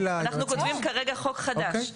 אנחנו כותבים כרגע חוק חדש.